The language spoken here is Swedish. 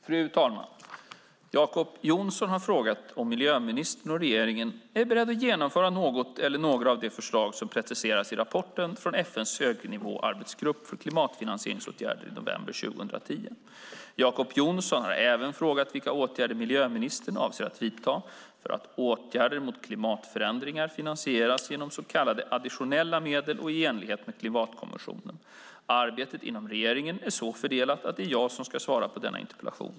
Fru talman! Jacob Johnson har frågat om miljöministern och regeringen är beredda att genomföra något eller några av de förslag som presenterats i rapporten från FN:s högnivåarbetsgrupp för klimatfinansieringsåtgärder i november 2010. Jacob Johnson har även frågat vilka åtgärder miljöministern avser att vidta för att åtgärder mot klimatförändringar finansieras genom så kallade additionella medel och i enlighet med klimatkonventionen. Arbetet inom regeringen är så fördelat att det är jag som ska svara på denna interpellation.